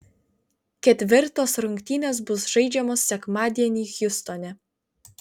ketvirtos rungtynės bus žaidžiamos sekmadienį hjustone